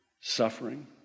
suffering